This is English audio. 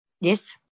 Yes